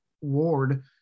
Ward